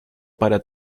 para